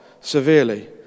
severely